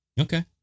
Okay